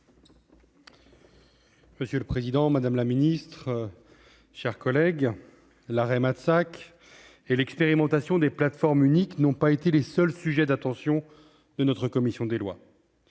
Monsieur le président, madame la ministre, chers collègues, l'arrêt et l'expérimentation des plateformes uniques n'ont pas été les seuls sujets d'attention de la commission des lois.